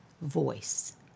voice